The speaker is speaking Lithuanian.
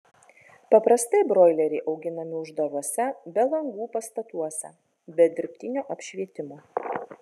paprastai broileriai auginami uždaruose be langų pastatuose prie dirbtinio apšvietimo